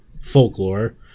folklore